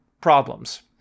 problems